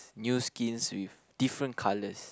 new skins with different colors